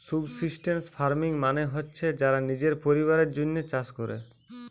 subsistence farming মানে হচ্ছে যারা নিজের পরিবারের জন্যে চাষ কোরে